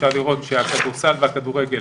אפשר לראות שהכדורסל והכדורגל